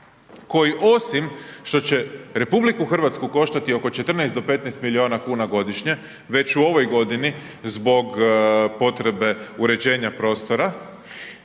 koji osim što će RH koštati oko 14 do 15 milijuna kuna godišnje već u ovoj godini zbog potrebe uređenja prostora,